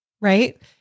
right